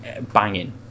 banging